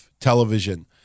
television